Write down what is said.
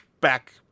back